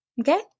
Okay